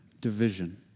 division